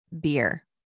beer